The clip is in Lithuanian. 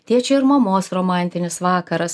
tėčio ir mamos romantinis vakaras